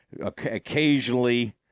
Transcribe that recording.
occasionally